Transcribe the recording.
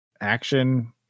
action